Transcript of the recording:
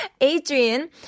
Adrian